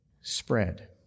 spread